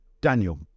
Daniel